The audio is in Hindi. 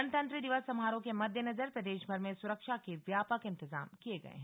गणतंत्र दिवस समारोह के मद्देनजर प्रदेशभर में सुरक्षा के व्यापक इंतजाम किये गए हैं